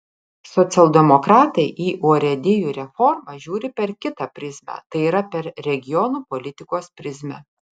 socialdemokratai į urėdijų reformą žiūri per kitą prizmę tai yra per regionų politikos prizmę